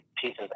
pieces